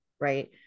right